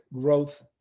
growth